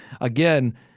again